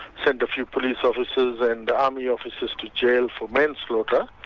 sent a few police officers and army officers to jail for manslaughter,